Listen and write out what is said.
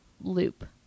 loop